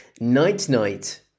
Night-night